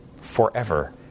forever